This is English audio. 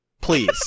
Please